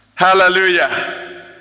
Hallelujah